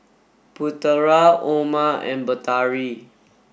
Putera Omar and Batari